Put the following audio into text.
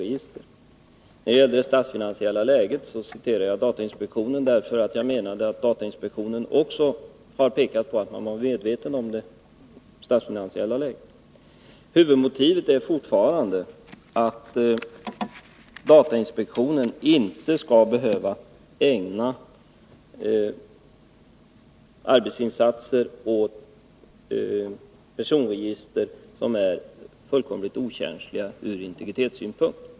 När det gäller det statsfinansiella läget citerade jag datainspektionen, därför att jag menar att datainspektionen pekat på att man var medveten om det statsfinansiella läget. Huvudmotivet för ett förenklat förfarande är fortfarande att datainspektionen inte skall behöva ägna arbetsinsatser åt personregister som är fullkomligt okänsliga ur integritetssynpunkt.